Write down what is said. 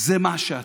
זה מה שאתה.